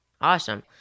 Awesome